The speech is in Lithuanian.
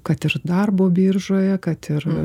kad ir darbo biržoje kad ir